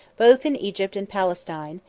both in egypt and palestine,